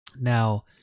now